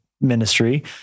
ministry